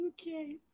okay